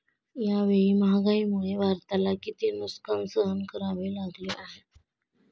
यावेळी महागाईमुळे भारताला किती नुकसान सहन करावे लागले आहे?